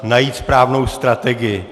Najít správnou strategii.